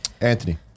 Anthony